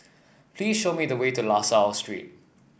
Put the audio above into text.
please show me the way to La Salle Street